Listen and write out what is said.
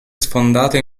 sfondato